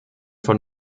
von